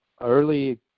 early